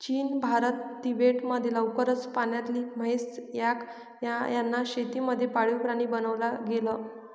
चीन, भारत, तिबेट मध्ये लवकरच पाण्यातली म्हैस, याक यांना शेती मध्ये पाळीव प्राणी बनवला गेल